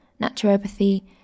naturopathy